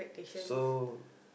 so